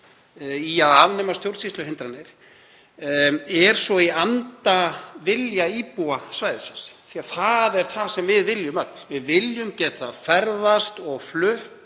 í að afnema stjórnsýsluhindranir er í anda vilja íbúa svæðisins, það er það sem við viljum öll. Við viljum geta ferðast og flutt